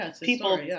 people